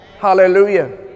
Hallelujah